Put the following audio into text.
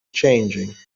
changing